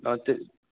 ल त्यही